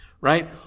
Right